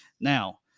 Now